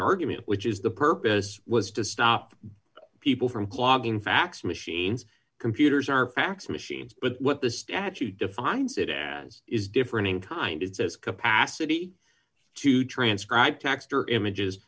argument which is the purpose was to stop people from clogging fax machines computers are fax machines but what the statute defines it as is different in kind it says capacity to transcribe text or images